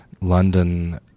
London